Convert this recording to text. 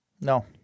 no